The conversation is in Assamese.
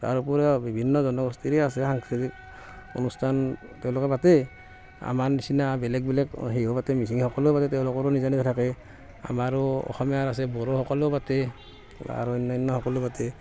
তাৰ উপৰি আৰু বিভিন্ন জনগোষ্ঠীৰে আছে সাংস্কৃতিক অনুষ্ঠান তেওঁলোকে পাতে আমাৰ নিচিনা বেলেগ বেলেগ সিহঁতে মিচিংসকলেও পাতে তেওঁলোকৰো নিজৰ নিজৰ থাকে আমাৰো অসমীয়াৰ আছে বড়োসকলেও পাতে আৰু অন্যান্যসকলেও পাতে